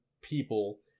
people